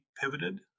pivoted